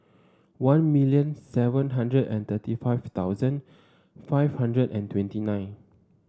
one million seven hundred and thirty five thousand five hundred and twenty nine